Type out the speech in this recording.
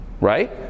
right